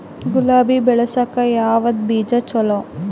ಗುಲಾಬಿ ಬೆಳಸಕ್ಕ ಯಾವದ ಬೀಜಾ ಚಲೋ?